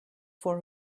for